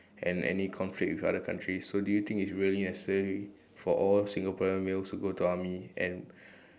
and any conflict with other country do you think it's really necessary for all Singaporean males to go to army and